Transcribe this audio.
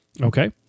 Okay